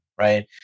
Right